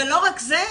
ולא רק זה,